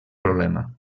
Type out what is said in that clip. problema